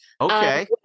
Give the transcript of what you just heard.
Okay